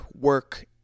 work